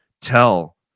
Tell